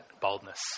boldness